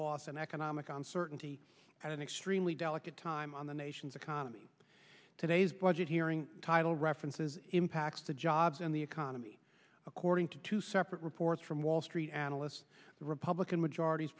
loss and economic uncertainty at an extremely delicate time on the nation's economy today's budget hearing title references impacts the jobs and the economy according to two separate reports from wall street analysts the republican majorit